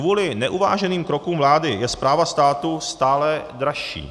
Kvůli neuváženým krokům vlády je správa státu stále dražší.